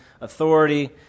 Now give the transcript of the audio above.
authority